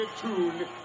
tune